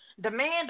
Demand